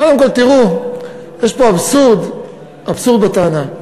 קודם כול, תראו, יש פה אבסורד, אבסורד בטענה.